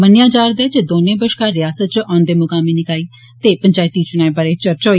मन्नेआ जा'रदा ऐ जे दौने बश्कार रियासत च औन्दे मुकामी निकाए ते पंचैती चुनाएं बारै चर्चा होई